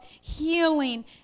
healing